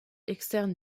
externe